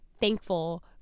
thankful